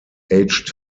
aged